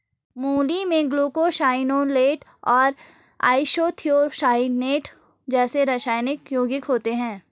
मूली में ग्लूकोसाइनोलेट और आइसोथियोसाइनेट जैसे रासायनिक यौगिक होते है